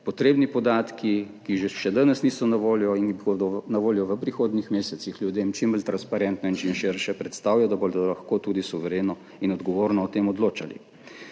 potrebni podatki, ki danes še niso na voljo in ki bodo na voljo v prihodnjih mesecih, ljudem čim bolj transparentno in čim širše predstavijo, da bodo lahko tudi suvereno in odgovorno o tem odločali.